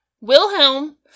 Wilhelm